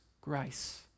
grace